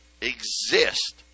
exist